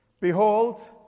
Behold